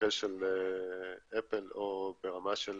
במקרה של אפל, או ברמה של